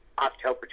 October